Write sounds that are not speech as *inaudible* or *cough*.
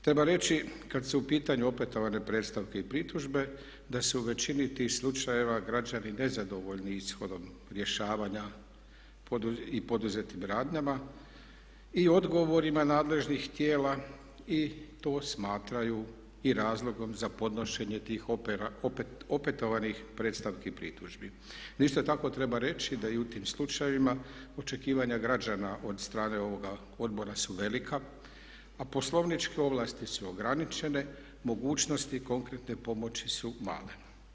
Treba reći kada su u pitanju opetovane predstavke i pritužbe da su u većini tih slučajeva građani nezadovoljni ishodom rješavanja i poduzetnim radnjama i odgovorima nadležnih tijela i to smatraju i razlogom za podnošenje tih opetovanih predstavki i pritužbi. ... *unintelligible* tako treba reći da i u tim slučajevima očekivanja građana od strane ovoga Odbora su velika a poslovničke ovlasti su ograničene, mogućnosti konkretne pomoći su male.